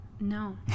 No